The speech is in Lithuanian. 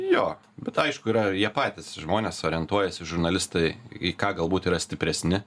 jo bet aišku yra ir jie patys žmonės orientuojasi žurnalistai į ką galbūt yra stipresni